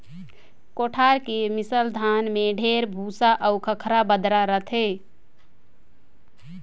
कोठार के मिसल धान में ढेरे भूसा अउ खंखरा बदरा रहथे